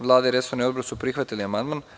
Vlada i resorni odbor su prihvatili ovaj amandman.